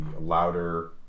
louder